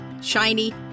shiny